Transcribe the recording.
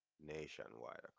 nationwide